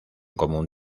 común